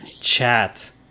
chat